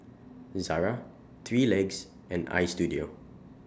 Zara three Legs and Istudio